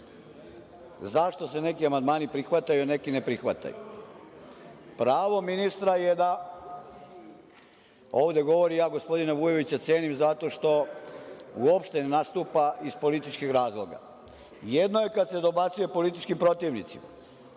zašto se neki amandmani prihvataju, a neki ne prihvataju. Pravo ministra je da ovde govori. Gospodina Vujovića cenim zato što uopšte ne nastupa iz političkih razloga. Jedno je kad se dobacuje političkim protivnicima